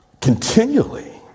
continually